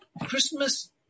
Christmas